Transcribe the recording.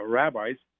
rabbis